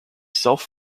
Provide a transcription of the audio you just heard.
self